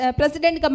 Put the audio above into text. president